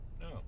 No